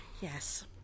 yes